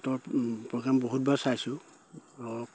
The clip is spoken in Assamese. প্ৰগ্ৰাম বহুতবাৰ চাইছোঁ ধৰক